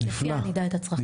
שלפיה נדע את הצרכים.